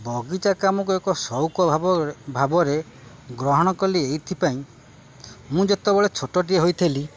ବଗିଚା କାମକୁ ଏକ ସଉକ ଭାବରେ ଗ୍ରହଣ କଲି ଏଇଥିପାଇଁ ମୁଁ ଯେତେବେଳେ ଛୋଟଟିଏ ହୋଇଥିଲି